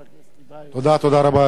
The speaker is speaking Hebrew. אדוני היושב-ראש,